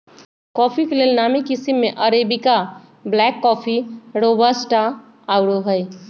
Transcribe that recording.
coffee के लेल नामी किशिम में अरेबिका, ब्लैक कॉफ़ी, रोबस्टा आउरो हइ